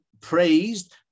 praised